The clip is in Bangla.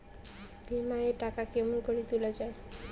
বিমা এর টাকা কেমন করি তুলা য়ায়?